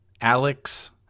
Alex